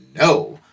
No